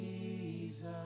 Jesus